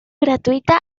gratuita